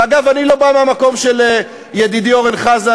ואגב, אני לא בא מהמקום של ידידי אורן חזן.